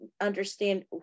understand